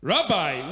Rabbi